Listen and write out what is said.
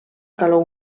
calor